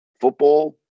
football